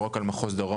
לא רק על מחוז דרום,